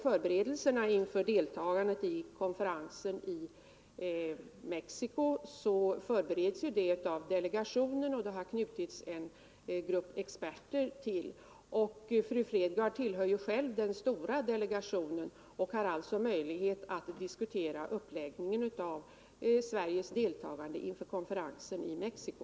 Förberedelserna inför deltagandet i konferensen i Mexico görs av delegationen, och det har knutits en grupp experter till den. Fru Fredgardh tillhör ju själv den stora delegationen och har alltså möjlighet att där diskutera uppläggningen av Sveriges deltagande inför konferensen i Mexico.